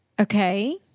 Okay